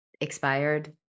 expired